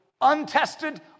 untested